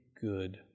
good